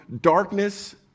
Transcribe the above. darkness